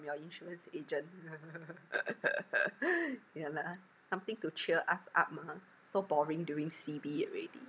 your insurance agent yeah lah something to cheer us up mah so boring during C_B already